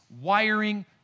wiring